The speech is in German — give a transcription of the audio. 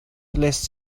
lässt